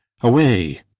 Away